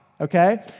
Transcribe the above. okay